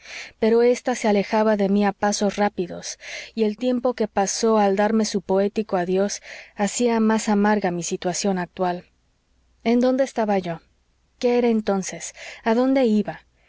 pero ésta se alejaba de mí a pasos rápidos y el tiempo que pasó al darme su poético adiós hacía más amarga mi situación actual en dónde estaba yo qué era entonces a dónde iba